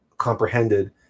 comprehended